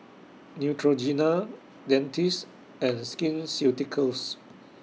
Neutrogena Dentiste and Skin Ceuticals